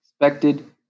expected